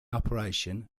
operation